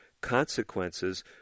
consequences